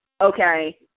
Okay